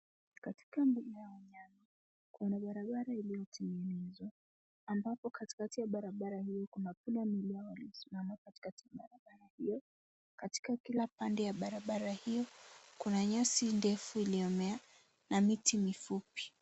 Katika mbuga ya wanyama, kuna barabara iliyotengenezwa ambapo katikati ya barabara hii kuna pundamilia aliyesimama katikati ya barabara hio. Katika kila pande ya barabara hio, kuna nyasi ndefu iliyomea na miti mifupi.